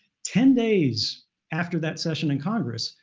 ten days after that session in congress,